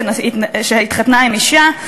שהתחתנה עם אישה: